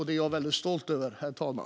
Det är jag väldigt stolt över, herr talman.